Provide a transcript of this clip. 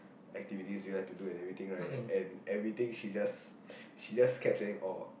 activities do you like to do and everything right and everything she just she just kept saying oh